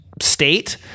state